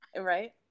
Right